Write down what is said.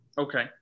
Okay